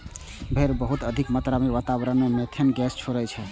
भेड़ बहुत अधिक मात्रा मे वातावरण मे मिथेन गैस छोड़ै छै